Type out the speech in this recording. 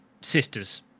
sisters